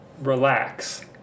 relax